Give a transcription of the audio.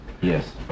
Yes